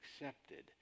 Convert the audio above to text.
accepted